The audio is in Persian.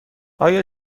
آیا